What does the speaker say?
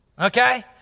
okay